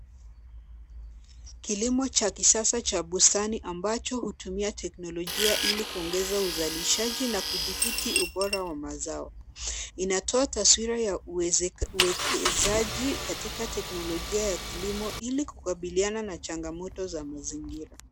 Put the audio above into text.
Kilimo cha kisasa cha bustani ambacho hutumia teknolojia ili kuongeza uzalishaji na kuboresha mazao. Inatoa taswira ya uwekezaji katika teknolojia ya kilimo ili kukabiliana na changamoto za mazingira.